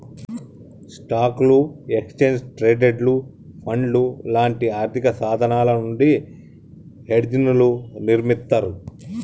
స్టాక్లు, exchange traded ఫండ్లు లాంటి ఆర్థికసాధనాల నుండి హెడ్జ్ని నిర్మిత్తర్